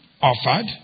offered